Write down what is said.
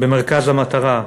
במרכז המטרה,